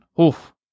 oof